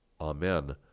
amen